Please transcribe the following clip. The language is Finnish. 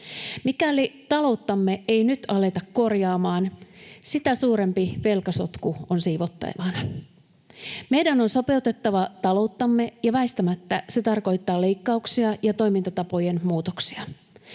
Mikäli talouttamme ei nyt aleta korjaamaan, sitä suurempi velkasotku on siivottavana. Meidän on sopeutettava talouttamme, ja väistämättä se tarkoittaa leikkauksia ja toimintatapojen muutoksia.